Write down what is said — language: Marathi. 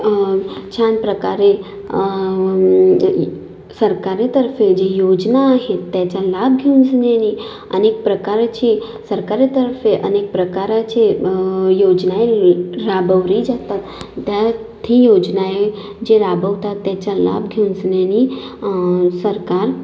छान प्रकारे सरकारतर्फे जी योजना आहेत त्याचा लाभ घेवूनशनानी अनेक प्रकारची सरकारातर्फे अनेक प्रकाराची योजनाए राबवली जातात त्यात ती योजनाए जे राबवतात त्याचा लाभ घेवूनशनानी सरकार